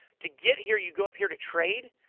to get here, you go up here to trade.